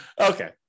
Okay